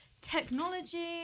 technology